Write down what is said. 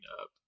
up